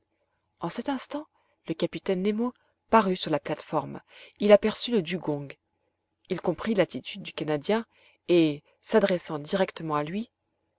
en cet instant le capitaine nemo parut sur la plateforme il aperçut le dugong il comprit l'attitude du canadien et s'adressant directement à lui